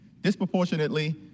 disproportionately